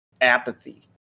apathy